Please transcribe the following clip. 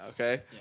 okay